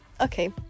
Okay